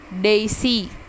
Daisy